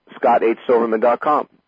ScottHSilverman.com